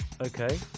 Okay